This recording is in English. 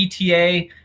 ETA